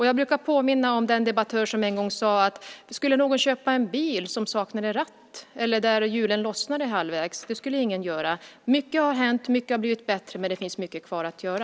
Jag brukar påminna om den debattör som en gång frågade: Skulle någon köpa en bil som saknade ratt eller där hjulen lossnade halvvägs? Det skulle ingen göra. Mycket har hänt. Mycket har blivit bättre, men det finns mycket kvar att göra.